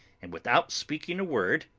and, without speaking a word,